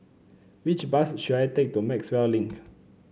which bus should I take to Maxwell Link